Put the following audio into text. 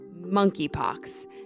monkeypox